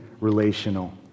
relational